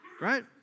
right